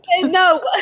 No